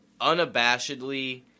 unabashedly